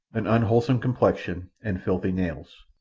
an unwholesome complexion, and filthy nails.